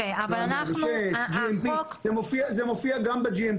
זה מופיע גם ב-GMP,